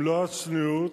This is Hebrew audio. במלוא הצניעות,